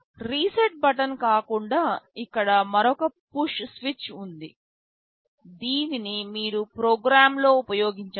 reset button కాకుండా ఇక్కడ మరొక పుష్ స్విచ్ ఉంది దీనిని మీరు ప్రోగ్రామ్లో ఉపయోగించవచ్చు